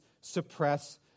suppress